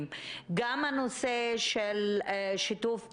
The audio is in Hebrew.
אבל אנחנו במצב שערורייתי בלי קשר למשבר,